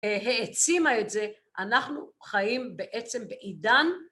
העצימה את זה, אנחנו חיים בעצם בעידן